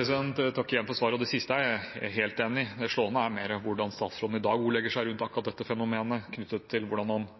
igjen for svaret. Det siste er jeg helt enig i. Det slående er mer hvordan statsråden i dag ordlegger seg rundt akkurat dette fenomenet, i forhold til hvordan